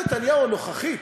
פרשת נתניהו הנוכחית,